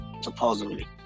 supposedly